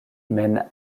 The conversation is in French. mène